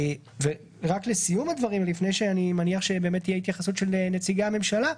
רק לסיום הדברים, לפני התייחסות נציגי הממשלה,